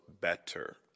better